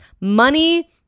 money